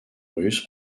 russes